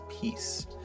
peace